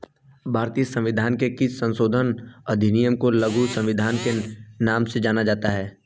भारतीय संविधान के किस संशोधन अधिनियम को लघु संविधान के नाम से जाना जाता है?